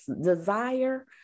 desire